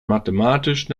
mathematisch